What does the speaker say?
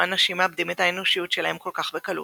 אנשים מאבדים את האנושיות שלהם כל כך בקלות.